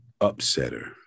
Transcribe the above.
upsetter